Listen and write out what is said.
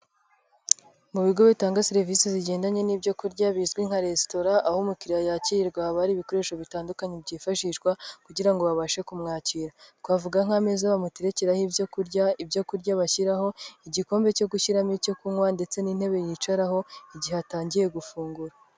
Mu bigo bitanga serivisi zigendanye n'ibyo kurya bizwi nka resitora, aho umukiriyaya yakirwa haba hari ibikoresho bitandukanye byifashishwa kugira ngo babashe kumwakira. Twavuga nk'ameza bamuterekeraho ibyo kurya, ibyo kurya bashyiraho, igikombe cyo gushyiramo icyo kunywa ndetse n'intebe yicaraho igihe atangiye gufungura.